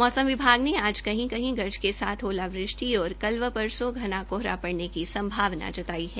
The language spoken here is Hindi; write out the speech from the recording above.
मौसम विभाग ने आज कहीं कहीं गरज के साथ साथ ओलावृष्टि और कल व परसों घना कोहरा पड़ने की संभावना जताई है